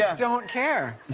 yeah don't care.